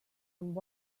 amb